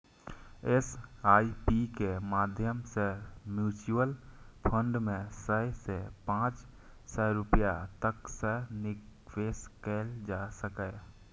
SIP के माध्यम सं म्यूचुअल फंड मे सय सं पांच सय रुपैया तक सं निवेश कैल जा सकैए